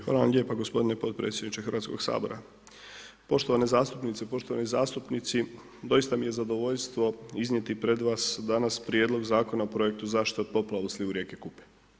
Hvala vam lijepa gospodine podpredsjedniče Hrvatskog sabora, poštovane zastupnice i poštovani zastupnici doista mi je zadovoljstvo iznijeti pred vas danas Prijedlog zakona o projektu zaštite od poplava u slivu rijeke Kupe.